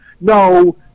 no